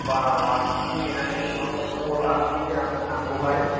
होनबा मासमोनसे नेनानै नोंनाव खबर लाफिननोसै आं नाखौहाय